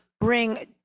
bring